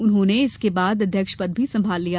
उन्होंने इसके बाद अध्यक्ष पद भी संभाल लिया